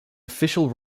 official